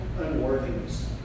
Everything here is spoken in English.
unworthiness